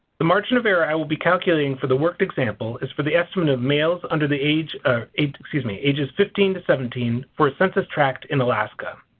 the margin of error i will be calculating for the worked example is for the estimate of males under the age of excuse me ages fifteen to seventeen for a census tract in alaska.